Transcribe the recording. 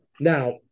Now